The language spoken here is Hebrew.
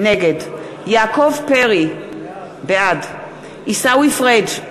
נגד יעקב פרי, בעד עיסאווי פריג'